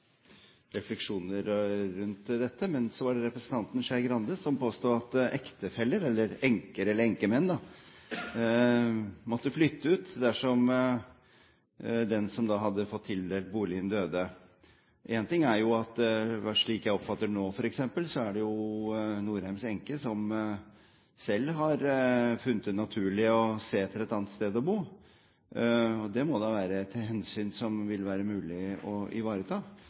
refleksjoner rundt dette. Men så var det representanten Skei Grande, som påsto at ektefeller – enker eller enkemenn – måtte flytte ut dersom den som hadde fått tildelt boligen, døde. Slik som jeg oppfatter det nå f.eks., er det Nordheims enke som selv har funnet det naturlig å se etter et annet sted å bo, og det må være et hensyn som vil være mulig å ivareta.